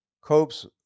copes